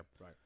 Right